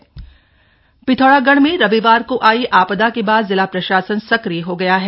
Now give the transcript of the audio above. Pithoragarh update Pithoragarh में रविवार को आयी आपदा के बाद जिला प्रशासन सक्रिय हो गया है